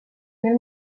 mil